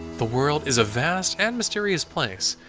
the world is a vast and mysterious place,